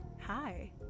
hi